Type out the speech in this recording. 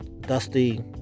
dusty